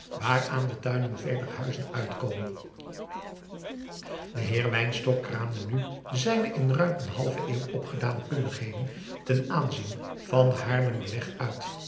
waaraan de tuinen veler huizen uitkomen de heer wynstok kraamde nu zijne in ruim eene halve eeuw opgedane kundigheden ten aanzien van den haarlemmerweg uit